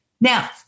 Now